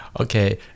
Okay